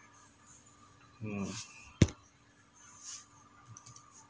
mm